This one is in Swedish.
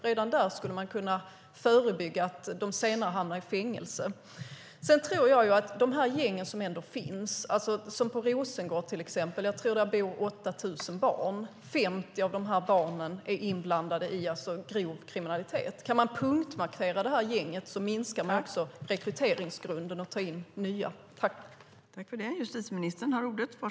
Redan där skulle man kunna förebygga att de senare hamnar i fängelse. Det finns gäng, i till exempel Rosengård. Jag tror att det bor 8 000 barn där, och 50 av dessa barn är inblandade i grov kriminalitet. Om man kan punktmarkera ett sådant gäng minskar man rekryteringsgrunden för nya gängmedlemmar.